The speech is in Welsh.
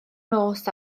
nos